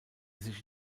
sich